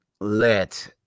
let